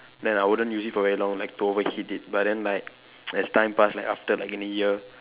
then I wouldn't use it for very long like to overheat it but then like as time pass like after like in a year